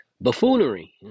buffoonery